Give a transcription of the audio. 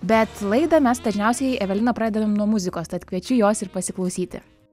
bet laidą mes dažniausiai evelina pradedam nuo muzikos tad kviečiu jos ir pasiklausyti